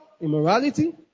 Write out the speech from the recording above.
immorality